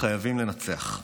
חייבים לנצח.